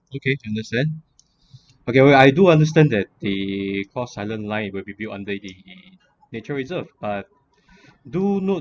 okay understand okay I do understand that the cross island line will be built under the nature reserved but do note